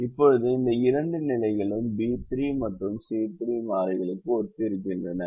இப்போது இந்த இரண்டு நிலைகளும் பி 3 மற்றும் சி 3 மாறிகளுக்கு ஒத்திருக்கின்றன